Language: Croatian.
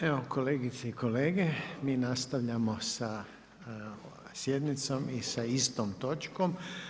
Evo kolegice i kolege, mi nastavljamo sa sjednicom i sa istom točkom.